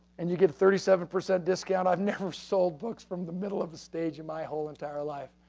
and you get thirty seven percent discount. i've never sold books from the middle of the stage and my whole entire life,